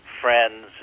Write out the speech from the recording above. friends